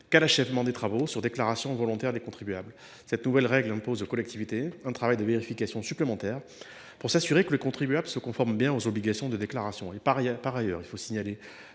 qu’à l’achèvement des travaux, sur déclaration volontaire des contribuables. Cette nouvelle règle impose aux collectivités un travail de vérification supplémentaire, pour s’assurer que les contribuables se conforment bien aux obligations de déclaration. Par ailleurs, de sérieuses